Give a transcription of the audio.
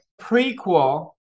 prequel